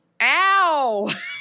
Ow